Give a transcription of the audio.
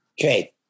Okay